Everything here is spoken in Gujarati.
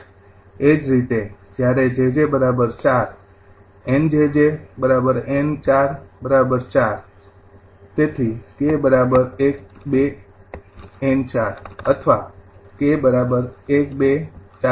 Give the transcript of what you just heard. એ જ રીતે જયારે 𝑗𝑗 ૪𝑁𝑗𝑗𝑁૪૪𝑘૧૨𝑁૪ અથવા 𝑘૧૨૪